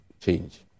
change